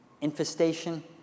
infestation